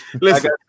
Listen